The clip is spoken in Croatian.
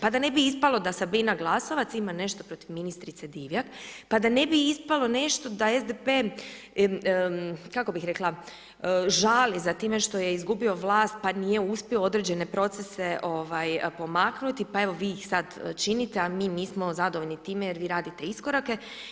Pa da ne bi ispalo da Sabina Glasovac ima nešto protiv ministrice Divjak pa da ne bi ispalo nešto da SDP, kako bih rekla, žali za time što je izgubio vlast pa nije uspio određene procese pomaknuti pa evo vi ih sad činite, a mi nismo zadovoljni time jer vi radite iskorake.